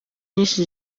nyinshi